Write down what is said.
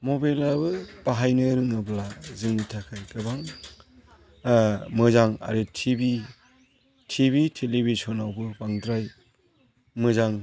मबाइलआबो बाहायनो रोङोब्ला जोंनि थाखाय गोबां मोजां आरो ति भि तेलिभिसनआवबो बांद्राय मोजां